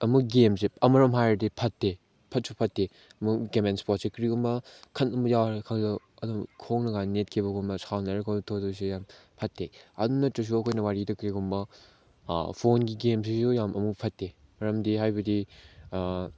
ꯑꯃꯨꯛ ꯒꯦꯝꯁꯦ ꯑꯃꯔꯣꯝ ꯍꯥꯏꯔꯗꯤ ꯐꯠꯇꯦ ꯐꯠꯁꯨ ꯐꯠꯇꯦ ꯒꯦꯝ ꯑꯦꯟ ꯏꯁꯄꯣꯔꯠꯁꯤ ꯀꯔꯤꯒꯨꯝꯕ ꯈꯠꯅꯕ ꯌꯥꯎꯔꯦ ꯈꯜꯂꯣ ꯑꯗꯨ ꯈꯣꯡꯅꯕ ꯅꯦꯠꯈꯤꯕꯒꯨꯝꯕ ꯁꯥꯎꯅꯔꯦ ꯈꯜꯂꯣ ꯇꯧꯗꯣꯏꯁꯦ ꯐꯠꯇꯦ ꯑꯗꯨ ꯅꯠꯇ꯭ꯔꯁꯨ ꯑꯩꯈꯣꯏꯅ ꯋꯥꯔꯤꯗ ꯀꯔꯤꯒꯨꯝꯕ ꯐꯣꯟꯒꯤ ꯒꯦꯝꯁꯤꯁꯨ ꯌꯥꯝ ꯑꯃꯨꯛ ꯐꯠꯇꯦ ꯃꯔꯝꯗꯤ ꯍꯥꯏꯕꯗꯤ